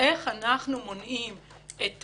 איך אנחנו מונעים את